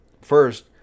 first